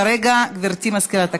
כרגע, גברתי מזכירת הכנסת,